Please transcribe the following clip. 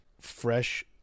Fresh